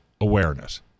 awareness